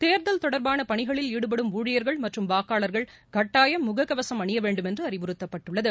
தேர்தல் தொடர்பான பணிகளில் ஈடுபடும் ஊழியர்கள் மற்றும் வாக்காளர்கள் கட்டாயம் முகக்கவசம் அணிய வேண்டும் என்று அறிவுறுத்தப்பட்டுள்ளது